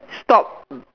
stop